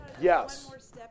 Yes